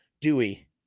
Dewey